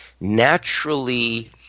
naturally